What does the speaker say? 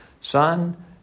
Son